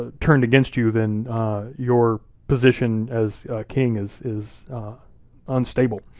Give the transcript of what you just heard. ah turned against you, then your position as king is is unstable.